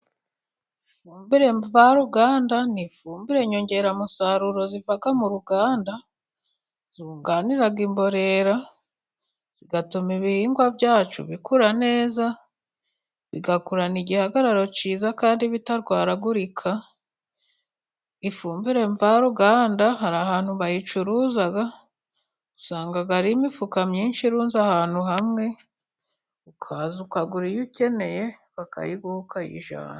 Ifumbire mvaruganda, n'ifumbire nyongeramusaruro iva mu ruganda, yunganira imborera igatuma ibihingwa byacu bikura neza, bigakurana igihagararo cyiza kandi bitarwaragurika, ifumbire mvaruganda hari ahantu bayicuruza, usanga hari imifuka myinshi irunze ahantu hamwe, ukaza ukagura iyo ukeneye bakayigu ukayijyana.